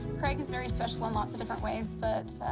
craig is very special in lots of different ways, but